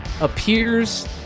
appears